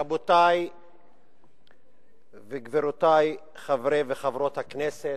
רבותי וגבירותי חברי וחברות הכנסת,